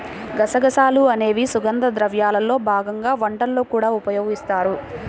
గసగసాలు అనేవి సుగంధ ద్రవ్యాల్లో భాగంగా వంటల్లో కూడా ఉపయోగిస్తారు